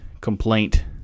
complaint